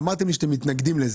אמרתם לי שאתם מתנגדים לזה.